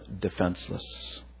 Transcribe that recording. defenseless